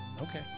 Okay